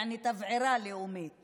יעני תבערה לאומית